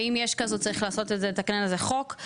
ואם יש כזאת צריך לתקן על זה חוק,